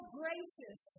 gracious